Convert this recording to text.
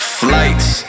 flights